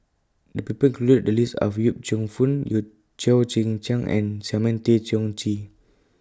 The People included in The list Are Yip Cheong Fun Cheo Chai Hiang and Simon Tay Seong Chee